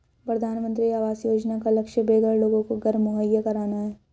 प्रधानमंत्री आवास योजना का लक्ष्य बेघर लोगों को घर मुहैया कराना है